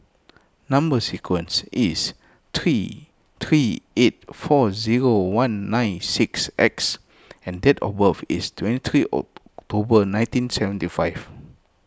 Number Sequence is T three eight four zero one nine six X and date of birth is twenty three October nineteen seventy five